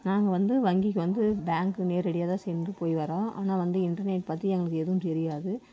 நாங்கள் வந்து வங்கிக்கு வந்து பேங்க்கு நேரடியாகதான் சென்று போய் வர்றோம் ஆனால் வந்து இன்டர்நெட் பற்றி எங்களுக்கு எதுவும் தெரியாது